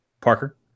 Parker